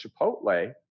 Chipotle